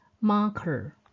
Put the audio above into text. Marker